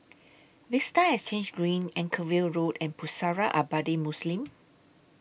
Vista Exhange Green Anchorvale Road and Pusara Abadi Muslim